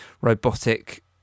robotic